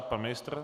Pan ministr?